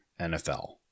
NFL